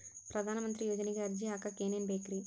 ಪ್ರಧಾನಮಂತ್ರಿ ಯೋಜನೆಗೆ ಅರ್ಜಿ ಹಾಕಕ್ ಏನೇನ್ ಬೇಕ್ರಿ?